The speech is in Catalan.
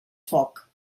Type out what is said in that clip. foc